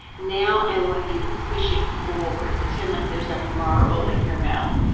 now i want you to push it forward, pretend like there's a marble in your mouth.